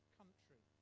country